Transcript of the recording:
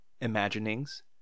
imaginings